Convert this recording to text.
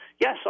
Yes